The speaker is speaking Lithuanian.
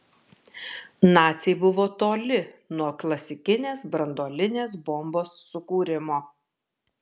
naciai buvo toli nuo klasikinės branduolinės bombos sukūrimo